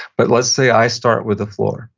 but let's say i start with the floor.